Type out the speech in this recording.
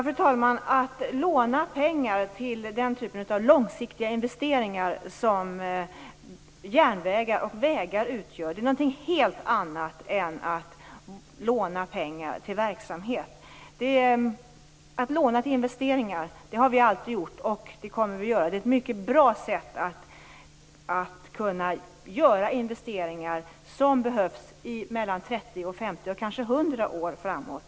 Fru talman! Det är något helt annat att låna pengar till långsiktiga investeringar i vägar och järnvägar än att låna pengar till verksamhet. Vi har alltid lånat till investeringar och kommer att göra det. Det är ett bra sätt att kunna göra de investeringar som behövs för 30-100 år framåt.